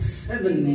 seven